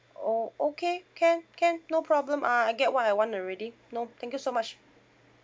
oh okay can can no problem uh I get what I want already no thank you so much